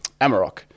Amarok